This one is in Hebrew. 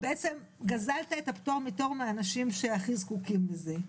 בעצם גזלת את הפטור מתור מאנשים שהכי זקוקים לזה.